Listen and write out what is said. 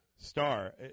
Star